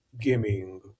gaming